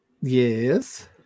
Yes